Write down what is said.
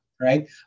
right